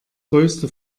größte